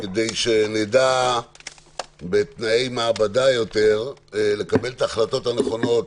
כדי שנדע בתנאי מעבדה לקבל את ההחלטות הנכונות